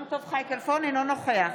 אינו נוכח